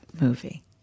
movie